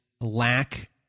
lack